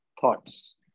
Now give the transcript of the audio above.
thoughts